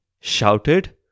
shouted